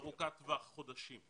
ארוכת טווח, חודשים,